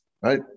right